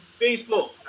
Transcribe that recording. Facebook